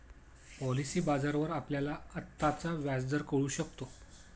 policy बाजारावर आपल्याला आत्ताचा व्याजदर कळू शकतो